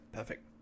perfect